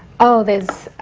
oh, there's